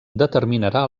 determinarà